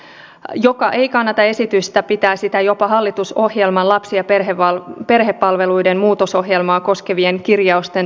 akava joka ei kannata esitystä pitää sitä jopa hallitusohjelman lapsi ja perhepalveluiden muutosohjelmaa koskevien kirjausten vastaisena